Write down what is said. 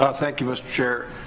ah thank you mr. chair.